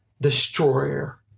destroyer